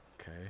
okay